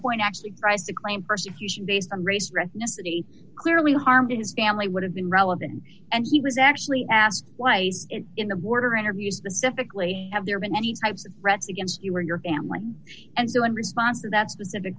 point actually tries to claim persecution based on race no city clearly harmed his family would have been relevant and he was actually asked plays in the border interviews the sceptically have there been any types of threats against you or your family and so in response to that specific